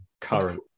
current